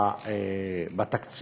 בתקציב,